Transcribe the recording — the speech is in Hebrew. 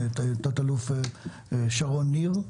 תת-אלוף שרון ניר,